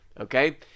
okay